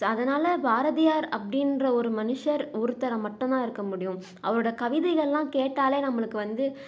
so அதனால் பாரதியார் அப்படின்ற ஒரு மனுஷர் ஒருத்தராக மட்டும்தான் இருக்கமுடியும் அவரோட கவிதைகளெலாம் கேட்டாலே நம்மளுக்கு வந்து